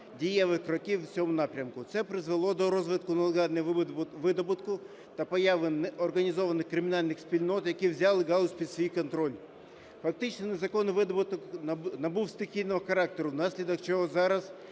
дієвих кроків в цьому напрямку. Це призвело до розвитку нелегального видобутку та появи організованих кримінальних спільнот, які взяли галузь під свій контроль. Фактично, незаконний видобуток набув стихійного характеру, внаслідок чого зараз